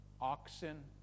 oxen